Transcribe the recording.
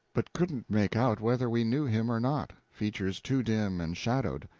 but couldn't make out whether we knew him or not features too dim and shadowed.